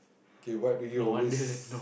okay what do you always